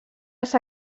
les